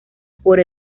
por